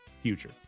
future